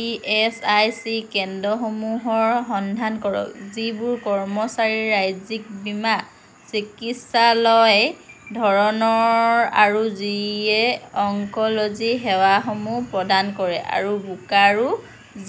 E S I C কেন্দ্ৰসমূহৰ সন্ধান কৰক যিবোৰ কৰ্মচাৰীৰ ৰাজ্যিক বীমা চিকিৎসালয় ধৰণৰ আৰু যিয়ে অংকলজী সেৱাসমূহ প্ৰদান কৰে আৰু বোকাৰো